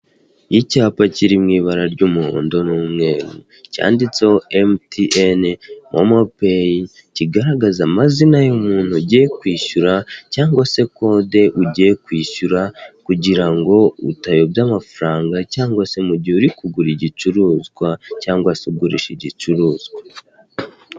Icyapa Kiri mu ibara ry'umuhondo n'umweru, cyanditseho MTN momo peyi, kigaragaza amazina y'umuntu ugiye kwishyura, cyangwa se kode ugiye kwishyura, kugirango utayobya amafaranga cyangwa se mugihe uri kugura igicuruzwa cyangwa se ugurisha igicuruzwa.